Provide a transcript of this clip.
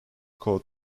code